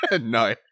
No